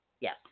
Yes